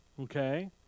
Okay